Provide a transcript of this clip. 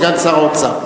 סגן שר האוצר.